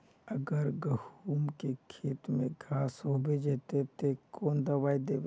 अगर गहुम के खेत में घांस होबे जयते ते कौन दबाई दबे?